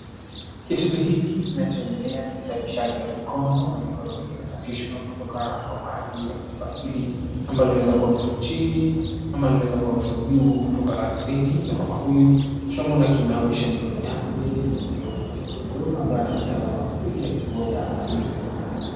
Kitendo hiki kinachoendelea ni usafishaji wa mikono, na mikono hii inasafishwa kwa maji kutoka kwenye pipa hili ambalo limewekwa juu kutoka ardhini. Mama huyu tunaona akinawa mikono yake huku mtoto mdogo akimtazama, labda akingoja amalize.